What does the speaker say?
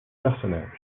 personnages